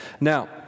Now